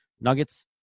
Nuggets